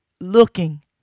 looking